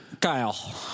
kyle